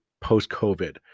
post-COVID